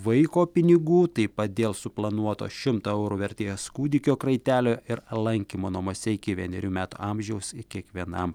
vaiko pinigų taip pat dėl suplanuoto šimto eurų vertės kūdikio kraitelio ir lankymo namuose iki vienerių metų amžiaus kiekvienam